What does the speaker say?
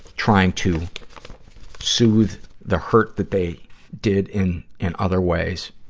trying to soothe the hurt that they did in and other ways,